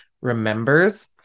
remembers